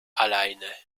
alleine